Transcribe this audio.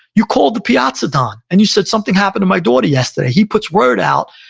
you called the piazza don, and you said, something happened to my daughter yesterday. he puts word out,